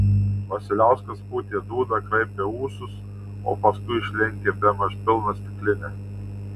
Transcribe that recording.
vasiliauskas pūtė dūdą kraipė ūsus o paskui išlenkė bemaž pilną stiklinę